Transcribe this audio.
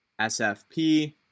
sfp